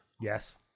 yes